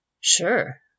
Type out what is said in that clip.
Sure